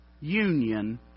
union